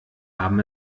haben